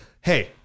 Hey